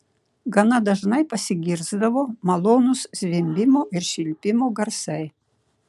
gana dažnai pasigirsdavo malonūs zvimbimo ir švilpimo garsai